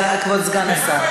בבקשה, כבוד סגן השר.